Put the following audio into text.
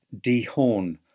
dehorn